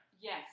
Yes